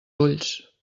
ulls